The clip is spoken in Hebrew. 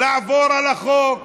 ולעבור על החוק.